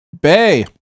Bay